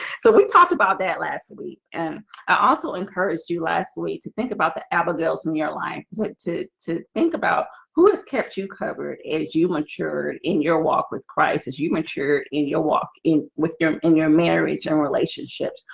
so we talked about that last week and i also encouraged you last week to think about the abigail's in your life what to to think about who has kept you covered as you matured in your walk with christ as you mature in your walk in with your in in your marriage and relationships.